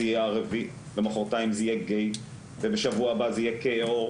יהיה ערבי ומוחרתיים זה יהיה גיי ובשבוע הבא זה יהיה כהה עור